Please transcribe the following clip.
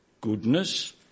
goodness